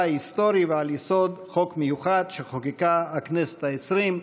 ההיסטורי ועל יסוד חוק מיוחד שחוקקה הכנסת העשרים.